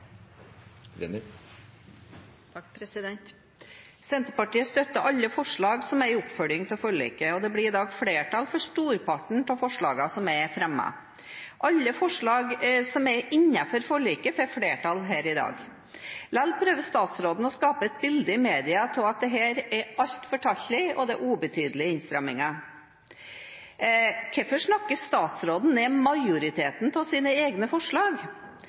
oppfølging av forliket, og det blir i dag flertall for storparten av forslagene som er fremmet. Alle forslag som er innenfor forliket, får flertall her i dag. Likevel prøver statsråden å skape et bilde i media av at dette er altfor taslete, og at det er ubetydelige innstramninger. Hvorfor snakker statsråden ned majoriteten av sine egne forslag,